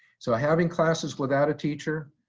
so having classes without a teacher,